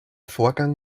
vorgang